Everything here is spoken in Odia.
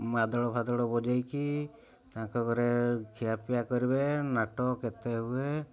ମାଦଳ ଫାଦଳ ବଜେଇକି ତାଙ୍କ ଘରେ ଖିଆ ପିଆ କରିବେ ନାଟ କେତେ ହୁଏ